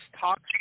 talks